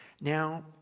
Now